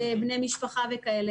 בני משפחה וכו'